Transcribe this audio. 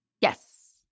Yes